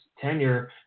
tenure